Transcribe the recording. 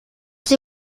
sie